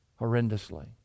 horrendously